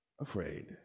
afraid